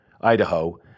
Idaho